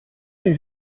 lui